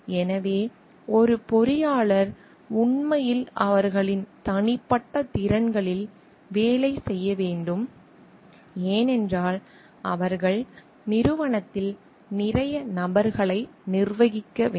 எனவே ஒரு பொறியாளர் உண்மையில் அவர்களின் தனிப்பட்ட திறன்களில் வேலை செய்ய வேண்டும் ஏனென்றால் அவர்கள் நிறுவனத்தில் நிறைய நபர்களை நிர்வகிக்க வேண்டும்